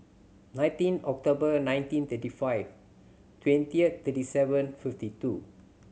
nineteen October nineteen thirty five twenty thirty seven fifty two